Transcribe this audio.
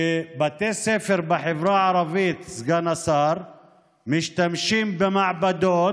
סגן השר, שבבתי ספר בחברה הערבית משתמשים במעבדות,